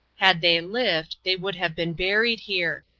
had they lived they would have been buried here.